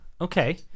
Okay